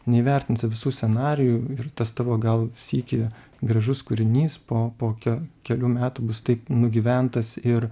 neįvertinsi visų scenarijų ir tas tavo gal sykį gražus kūrinys po po ke kelių metų bus taip nugyventas ir